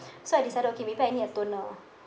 so I decided okay maybe I need a toner